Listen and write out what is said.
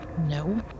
no